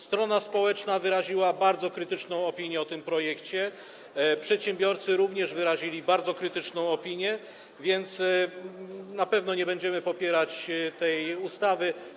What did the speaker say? Strona społeczna wyraziła bardzo krytyczną opinię o tym projekcie, przedsiębiorcy również wyrazili bardzo krytyczną opinię, więc na pewno nie będziemy popierać tej ustawy.